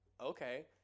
okay